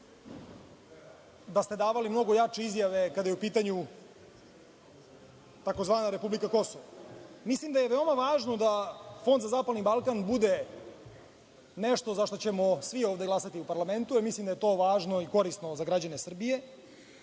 da ste davali mnogo jače izjave kada je u pitanju tzv. republika Kosovo. Mislim da je veoma važno da Fond za zapadni Balkan bude nešto za šta ćemo svi ovde glasati u parlamentu. Mislim da je to važno i korisno za građane Srbije,